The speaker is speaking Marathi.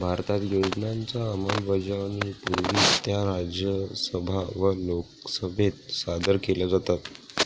भारतात योजनांच्या अंमलबजावणीपूर्वी त्या राज्यसभा व लोकसभेत सादर केल्या जातात